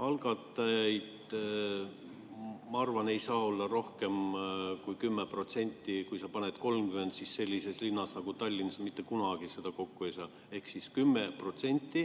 Algatajaid, ma arvan, ei saa olla rohkem kui 10%. Kui sa paned 30, siis sellises linnas nagu Tallinn sa mitte kunagi seda kokku ei saa. Ehk 10%